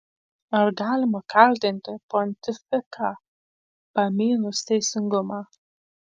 ar galima kaltinti pontifiką pamynus teisingumą